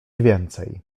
więcej